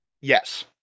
Yes